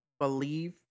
believe